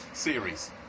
Series